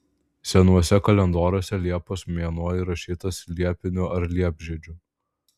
senuose kalendoriuose liepos mėnuo įrašytas liepiniu ar liepžiedžiu